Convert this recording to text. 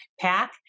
pack